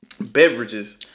beverages